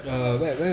so